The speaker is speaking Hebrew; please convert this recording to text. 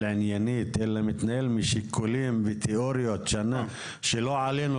עניינית אלא מתנהל משיקולים ותיאוריות שלא עלינו,